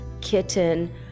kitten